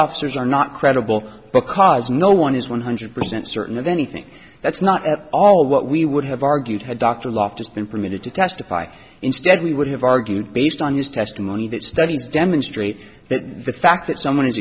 officers are not credible because no one is one hundred percent certain of anything that's not at all what we would have argued had dr loftus been permitted to testify instead we would have argued based on his testimony that studies demonstrate that the fact that someone is